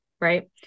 right